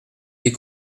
des